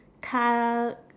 car